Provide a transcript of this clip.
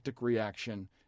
reaction